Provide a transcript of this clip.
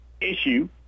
issue